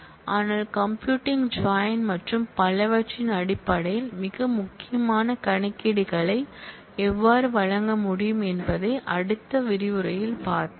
ஆனால் computing join மற்றும் பலவற்றின் அடிப்படையில் மிக முக்கியமான கணக்கீடுகளை எவ்வாறு வழங்க முடியும் என்பதை அடுத்த விரிவுரையில் பார்ப்போம்